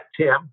Tim